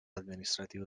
administratiu